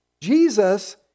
Jesus